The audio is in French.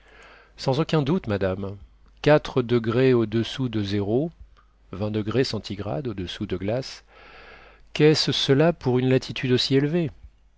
sans aucun doute madame quatre degrés au-dessous de zéro qu'est-ce cela pour une latitude aussi élevée